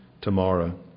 tomorrow